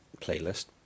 playlist